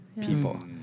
people